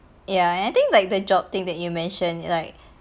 ya and I think like the job thing that you mentioned like